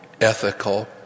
ethical